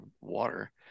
water